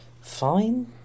fine